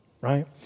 Right